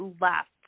left